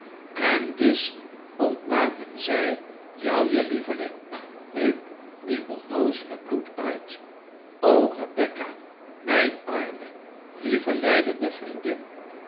en dus ontnamen zij jou je beveling riep die onnoozele bloed uit rebecca mijn arme lieve lijdende vriendin